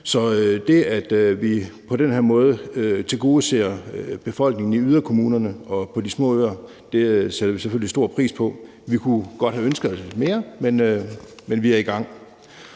Så det, at vi på den her måde tilgodeser befolkningen i yderkommunerne og på de små øer, sætter vi selvfølgelig stor pris på. Vi kunne godt have ønsket os lidt mere, men vi er i gang.